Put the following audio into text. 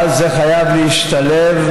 אבל זה חייב להשתלב,